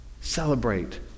Celebrate